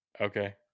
Okay